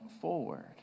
forward